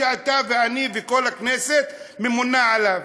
שאתה ואני וכל הכנסת ממונים עליו.